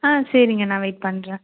ஆ சரிங்கண்ணா வெயிட் பண்ணுறேன்